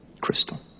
Crystal